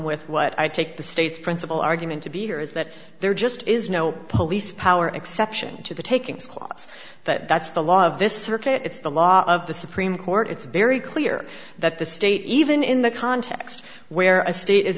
with what i take the state's principle argument to be here is that there just is no police power exception to the taking scott's that's the law of this circuit it's the law of the supreme court it's very clear that the state even in the context where a state is